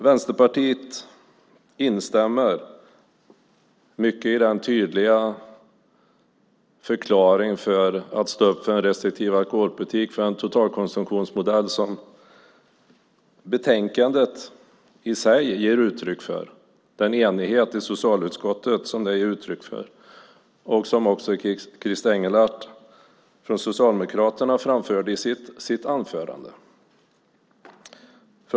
Vänsterpartiet instämmer mycket i den tydliga förklaring för att stå upp för en restriktiv alkoholpolitik och för en totalkonsumtionsmodell som betänkandet, med en enighet i socialutskottet, i sig ger uttryck för och som också Christer Engelhardt från Socialdemokraterna framförde i sitt anförande.